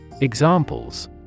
Examples